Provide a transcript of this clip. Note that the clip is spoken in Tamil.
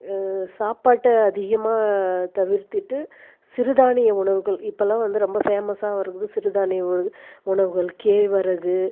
சாப்பாட்டை அதிகமாக தவிர்த்திட்டு சிறுதானிய உணவுகள் இப்போலாம் வந்து ரொம்ப ஃபேமஸாக இருக்கறது சிறுதானிய உணவு உணவுகள் கேழ்வரகு